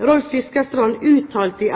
Rolf Fiskerstrand uttalte